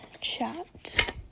chat